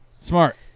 Smart